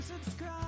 subscribe